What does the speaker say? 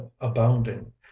abounding